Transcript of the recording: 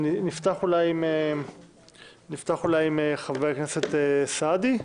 נפתח עם חבר הכנסת אוסאמה סעדי,